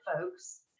folks